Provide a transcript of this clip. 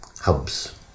hubs